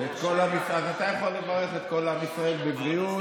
אתה יכול לברך את כל עם ישראל בבריאות.